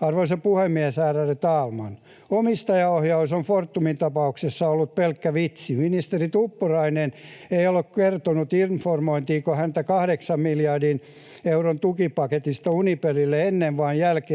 Arvoisa puhemies, ärade talman! Omistajaohjaus on Fortumin tapauksessa ollut pelkkä vitsi. Ministeri Tuppurainen ei ole kertonut, informoitiinko häntä kahdeksan miljardin euron tukipaketista Uniperille ennen vai jälkeen